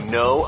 no